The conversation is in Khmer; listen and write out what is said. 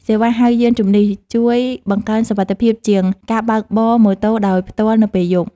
សេវាហៅយានជំនិះ ជួយបង្កើនសុវត្ថិភាពជាងការបើកបរម៉ូតូដោយផ្ទាល់នៅពេលយប់។